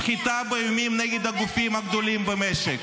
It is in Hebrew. סחיטה באיומים נגד הגופים הגדולים במשק,